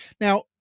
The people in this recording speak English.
Now